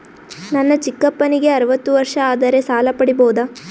ನನ್ನ ಚಿಕ್ಕಪ್ಪನಿಗೆ ಅರವತ್ತು ವರ್ಷ ಆದರೆ ಸಾಲ ಪಡಿಬೋದ?